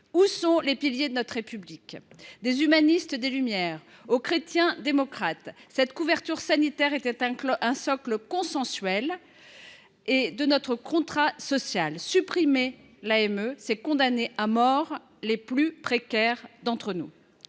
Où sont les piliers de notre République ? Pour les humanistes des Lumières jusqu’aux chrétiens démocrates, cette couverture sanitaire était un socle consensuel de notre contrat social. Supprimer l’AME, c’est condamner à mort les plus précaires d’entre nous.